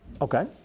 Okay